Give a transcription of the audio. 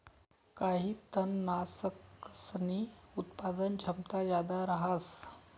काही तननाशकसनी उत्पादन क्षमता जादा रहास